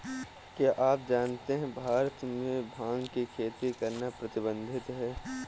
क्या आप जानते है भारत में भांग की खेती करना प्रतिबंधित है?